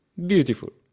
beautiful.